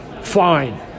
fine